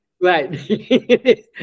Right